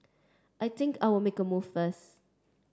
I think I will make a move first